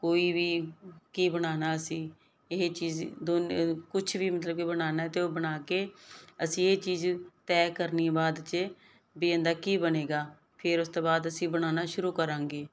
ਕੋਈ ਵੀ ਕੀ ਬਣਾਉਣਾ ਅਸੀਂ ਇਹ ਚੀਜ਼ ਦੋ ਕੁਛ ਵੀ ਮਤਲਬ ਬਣਾਣਾ ਤੇ ਉਹ ਬਣਾ ਕੇ ਅਸੀਂ ਇਹ ਚੀਜ਼ ਤੈਅ ਕਰਨੀ ਬਾਦ ਚ ਵੀ ਇਹਦਾ ਕੀ ਬਣੇਗਾ ਫਿਰ ਉਸ ਤੋਂ ਬਾਅਦ ਅਸੀਂ ਬਣਾਉਣਾ ਸ਼ੁਰੂ ਕਰਾਂਗੇ